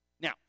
Now